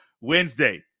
Wednesday